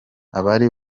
abari